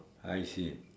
I see